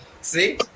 See